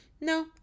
no